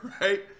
right